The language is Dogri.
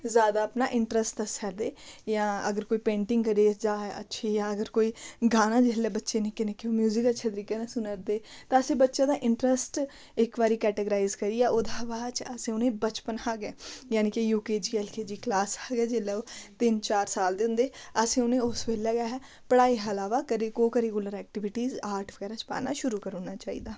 ज्यादा अपना इंटरस्ट दस्सा दे जां अगर कोई पेंटिंग करीड़दा ऐ अच्छी जां अगर कोई गाना जिसलै बच्चे निक्के निक्के म्यूजिक अच्छे तरीके ने सुना दे तां असें बच्चे दा इंटरस्ट इक बारी कैटाग्राइज करियै ओह्दा बाद च असें उ'नें बचपन हा गै जानि कि U K G L K G class हा गै जेल्लै ओह् तिन्न चार साल दे होंदे असें उ'नें ओह् उस बेल्लै गै असें पढ़ाई हा इलावा करी कोकुलर एक्टिविटीज आर्ट बगैरा च पाना शुरू करी ओड़ना चाहिदा